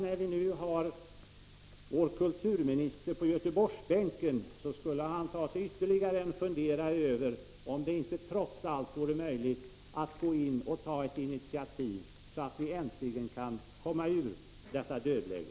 När vi nu har vår kulturminister på Göteborgsbänken, tycker jag att han skulle ta sig ytterligare en funderare över om det inte trots allt vore möjligt att gå in och ta ett initiativ, så att vi äntligen kan komma ur detta dödläge.